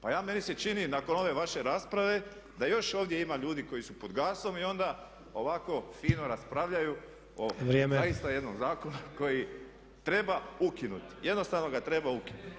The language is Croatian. Pa meni se čini nakon ove vaše rasprave da još ovdje ima ljudi koji su pod gasom i onda ovako fino raspravljaju o zaista jednom zakonu koji treba ukinuti, jednostavno ga treba ukinuti.